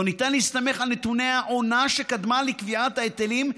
לא ניתן להסתמך על נתוני העונה שקדמה לקביעת ההיטלים,